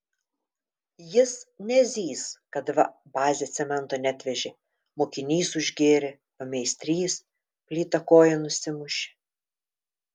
jis nezys kad va bazė cemento neatvežė mokinys užgėrė pameistrys plyta koją nusimušė